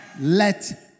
Let